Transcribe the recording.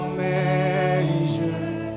measure